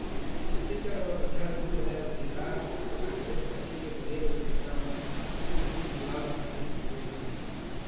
छत्तीसगढ़ म बछर दू हजार तेरा म कांग्रेस पारटी के बड़े बड़े नेता मन नक्सली हमला म सहीद होगे रहिन